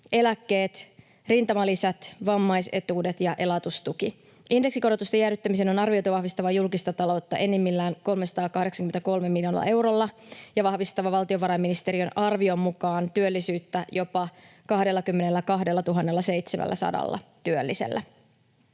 eläkkeet, rintamalisät, vammaisetuudet ja elatustuki. Indeksikorotusten jäädyttämisen on arvioitu vahvistavan julkista taloutta enimmillään 383 miljoonalla eurolla ja vahvistavan valtiovarainministeriön arvion mukaan työllisyyttä jopa 22 700 työllisellä.